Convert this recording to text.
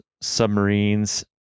submarines